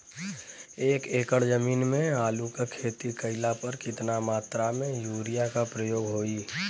एक एकड़ जमीन में आलू क खेती कइला पर कितना मात्रा में यूरिया क प्रयोग होई?